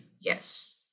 Yes